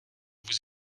vous